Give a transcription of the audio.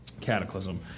cataclysm